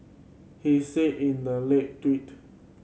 he said in the late tweet